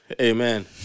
Amen